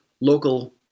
local